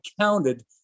counted